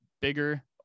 bigger